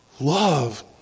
love